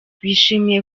bishimiye